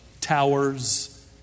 towers